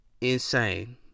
insane